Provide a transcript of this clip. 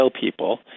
people